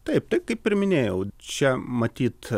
taip kaip ir minėjau čia matyt